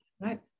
right